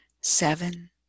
seven